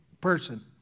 person